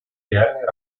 реальной